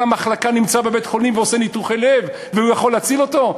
המחלקה נמצא בבית-החולים ועושה ניתוחי לב והוא יכול להציל אותו?